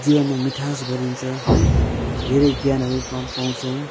जीवनमा मिठास भारिन्छ है धेरै ज्ञानहरू पा पाउँछौँ